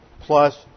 plus